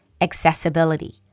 accessibility